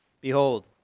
Behold